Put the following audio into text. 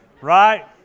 Right